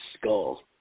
skull